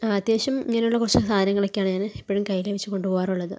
ആ അത്യാവശ്യം ഇങ്ങനെയുള്ള കുറച്ച് സാധനങ്ങളൊക്കെയാണ് ഞാൻ എപ്പോഴും കയ്യിൽ വെച്ച് കൊണ്ടുപോകാറുള്ളത്